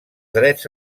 drets